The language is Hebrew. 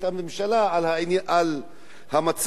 על המצב החברתי,